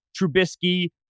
Trubisky